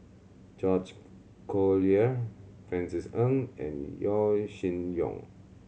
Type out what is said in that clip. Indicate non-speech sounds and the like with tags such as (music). George (unintelligible) Collyer Francis Ng and Yaw Shin Leong